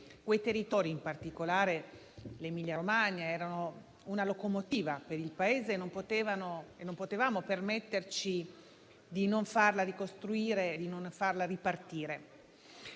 quei territori, in particolare l'Emilia Romagna, erano una locomotiva per il Paese e non potevamo permetterci di non farla ripartire. Quindi, noi ci aspettavamo